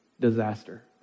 disaster